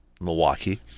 Milwaukee